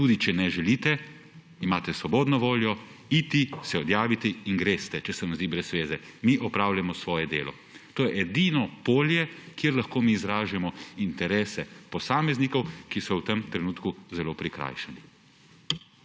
Tudi če ne želite, imate svobodno voljo iti, se odjaviti in greste, če se vam zdi brez zveze. Mi opravljamo svoje delo. To je edino polje, kjer lahko mi izražamo interese posameznikov, ki so v tem trenutku zelo prikrajšani.